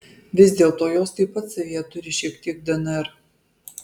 vis dėlto jos taip pat savyje turi šiek tiek dnr